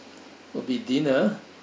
will be dinner